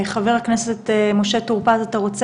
אנחנו נעבור